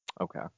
Okay